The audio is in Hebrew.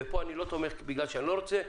ופה אני לא תומך בגלל שאני לא רוצה,